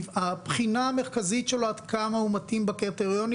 הבחינה המרכזית שלו היא עד כמה הוא מתאים בקריטריונים